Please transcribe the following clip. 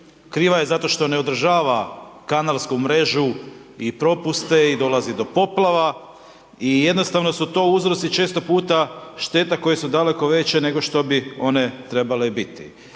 kriva je zato što ne održava kanalsku mrežu i propuste i dolazi do poplava i jednostavno su to uzroci često puta šteta koje su daleko veće nego što bi one trebale biti.